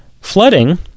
flooding